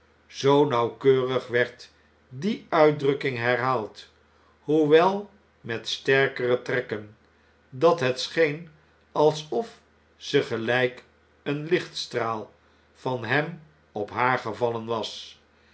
zoo nauwkeurig werd die uitdrukking herhaald hoewel met sterkere trekken dat net scheen alsof ze gelp een lichtstraal van hem op haar gevallen was